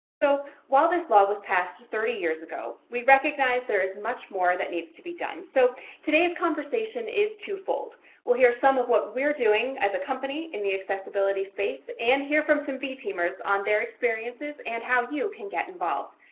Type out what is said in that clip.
so while this law was passed thirty years ago, we recognize there is much more that needs to be done so today's conversation is two fold. we will hear some of what we are doing as a company in the accessibility space and hear from some v-teamers on their experiences and how you can get involved.